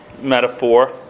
metaphor